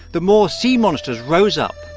the more sea monsters rose up.